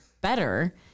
better